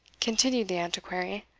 continued the antiquary.